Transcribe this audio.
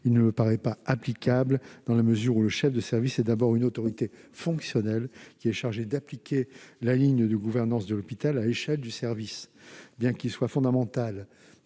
ne me paraît pas applicable, dans la mesure où, je le répète, le chef de service est d'abord une autorité fonctionnelle chargée d'appliquer la ligne de gouvernance de l'hôpital à l'échelle du service. Bien qu'il soit fondamental